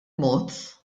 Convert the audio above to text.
mod